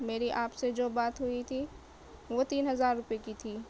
میری آپ سے جو بات ہوئی تھی وہ تین ہزار روپئے کی تھی